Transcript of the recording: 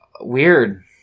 Weird